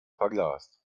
verglast